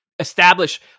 establish